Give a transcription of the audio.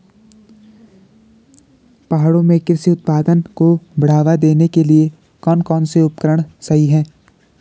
पहाड़ों में कृषि उत्पादन को बढ़ावा देने के लिए कौन कौन से उपकरण सही हैं?